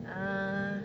uh